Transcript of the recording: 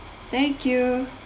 thank you